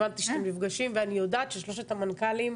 הבנתי שאתם נפגשים ואני יודעת ששלושת המנכ"לים,